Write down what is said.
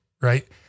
right